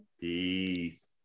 peace